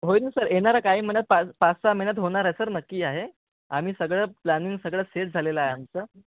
होईल ना सर येणाऱ्या काही महिन्यात पाच पाच सहा महिन्यात होणार आहे सर नक्की आहे आम्ही सगळं प्लॅनिंग सगळं सेट झालेलं आहे आमचं